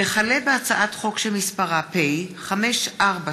וכלה בהצעת חוק שמספרה פ/5476/20: